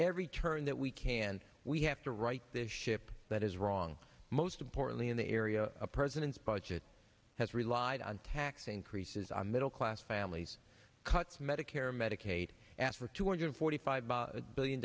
every turn that we can we have to right this ship that is wrong most importantly in the area a president's budget has relied on tax increases on middle class families cuts medicare medicaid asked for two hundred forty five a billion